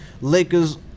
Lakers